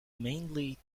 mainly